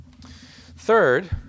Third